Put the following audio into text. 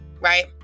right